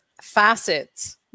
facets